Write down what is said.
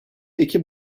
ekim